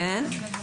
כן.